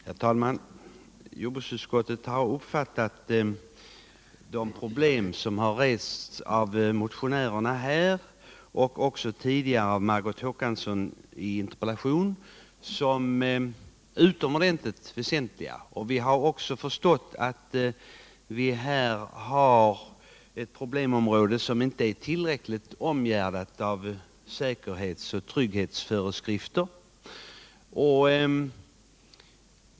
Herr talman! Jordbruksutskottet har uppfattat de problem som rests av motionärerna och tidigare av Margot Håkansson i en interpellation som utomordentligt väsentliga. Vi har förstått att det här är ett problemområde som inte är tillräckligt omgärdat av säkerhetsföreskrifter.